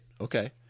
Okay